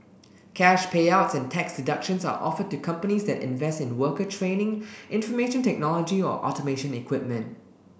cash payouts and tax deductions are offered to companies that invest in worker training information technology or automation equipment